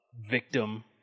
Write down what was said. victim